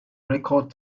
record